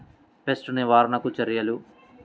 Pest నివారణకు చర్యలు?